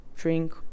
drink